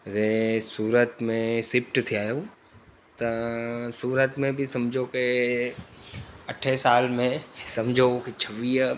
रे सूरत में सिफ्ट थिया आहियूं त सूरत में बि सम्झो के अठे साल में सम्झो कुझु वीह